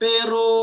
Pero